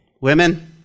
Women